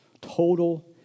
total